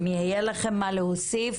אם יהיה לכן מה להוסיף,